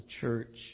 church